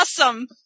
awesome